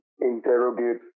interrogate